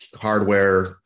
hardware